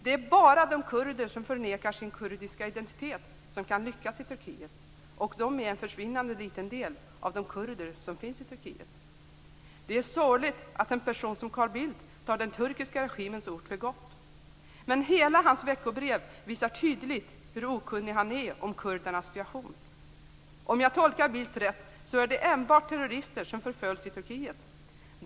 Det är bara de kurder som förnekar sin kurdiska identitet som kan lyckas i Turkiet och de är en försvinnande liten del av de kurder som finns i Turkiet. Det är sorgligt att en person som Carl Bildt tar den turkiska regimens ord för gott. Men hela hans veckobrev visar tydligt hur okunnig han är om kurdernas situation. Om jag tolkar Bildt rätt är det enbart terrorister som förföljs i Turkiet.